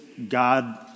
God